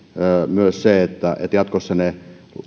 myös sen että jatkossa ne